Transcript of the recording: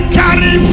carry